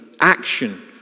action